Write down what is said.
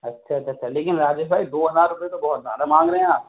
اچھا اچھا لیکن راجیش بھائی دو ہزار روپے تو بہت زیادہ مانگ رہے ہیں آپ